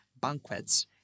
banquets